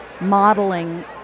modeling